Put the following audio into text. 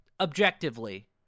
Objectively